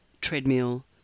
treadmill